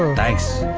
thanks.